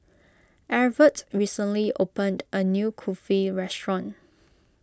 Evertt recently opened a new Kulfi restaurant